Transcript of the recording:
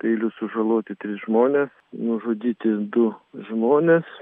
peiliu sužaloti trys žmonės nužudyti du žmonės